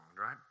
right